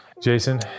Jason